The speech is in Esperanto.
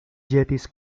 ĵetis